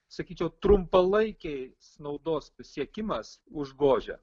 sakyčiau trumpalaikės naudos siekimas užgožia